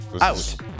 out